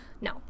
no